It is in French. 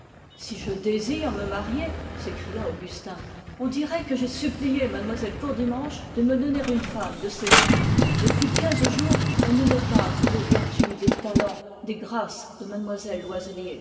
si je désire me marier s'écria augustin on dirait que j'ai supplié mlle courdimanche de me donner une femme de ses mains depuis quinze jours elle ne me parle que des vertus et des grâces de mlle loiselier